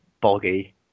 boggy